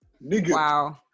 Wow